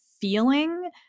feeling